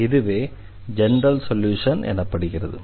இதுவே general solution எனப்படுகிறது